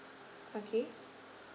okay